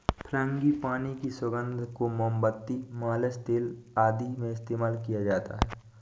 frangipani की सुगंध को मोमबत्ती, मालिश तेल आदि में इस्तेमाल किया जाता है